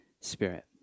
Spirit